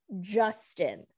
Justin